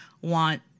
want